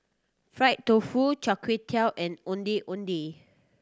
fried tofu Char Kway Teow and Ondeh Ondeh